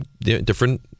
different